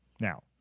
Now